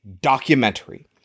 documentary